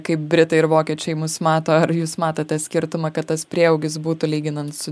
kaip britai ir vokiečiai mus mato ar jūs matote skirtumą kad tas prieaugis būtų lyginant su